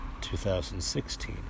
2016